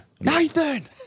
Nathan